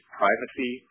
privacy